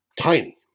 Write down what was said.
tiny